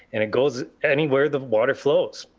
and it goes anywhere the water flows.